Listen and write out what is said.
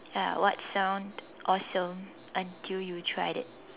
ya what sound awesome until you tried it